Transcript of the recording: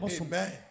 Amen